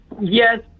Yes